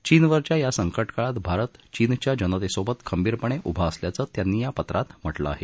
चीनवरच्या या संकट काळात भारत चीनच्या जनतेसोबत खंबीरपणे उभा असल्याचं त्यांनी या पत्रात म्हटलं आहे